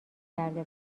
کرده